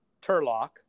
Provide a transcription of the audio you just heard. turlock